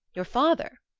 your father?